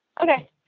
Okay